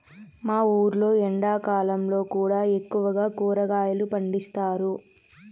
మా ఊర్లో ఎండాకాలంలో కూడా ఎక్కువగా కూరగాయలు పండిస్తారు